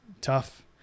Tough